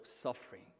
suffering